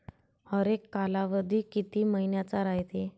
हरेक कालावधी किती मइन्याचा रायते?